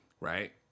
Right